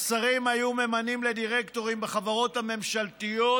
השרים היו ממנים לדירקטורים בחברות הממשלתיות